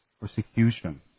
persecution